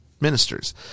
ministers